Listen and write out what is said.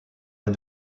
est